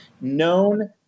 known